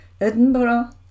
Edinburgh